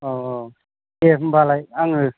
औ औ दे होम्बालाय आङो